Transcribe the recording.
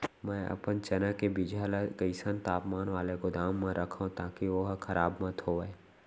मैं अपन चना के बीजहा ल कइसन तापमान वाले गोदाम म रखव ताकि ओहा खराब मत होवय?